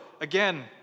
again